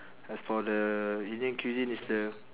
as for the unique cuisine it's the